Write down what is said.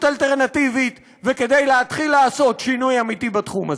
אלטרנטיבית וכדי להתחיל לעשות שינוי אמיתי בתחום הזה.